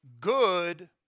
good